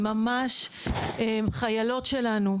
הן ממש החיילות שלנו.